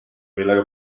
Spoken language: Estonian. millega